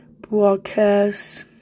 Broadcast